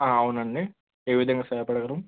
అవునండి ఏ విధంగా సహాయపడగలను